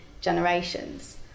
generations